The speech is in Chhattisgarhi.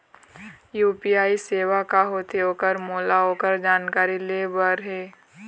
यू.पी.आई सेवा का होथे ओकर मोला ओकर जानकारी ले बर हे?